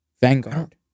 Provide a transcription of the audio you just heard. Vanguard